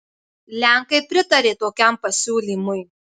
lenkai pritarė tokiam pasiūlymui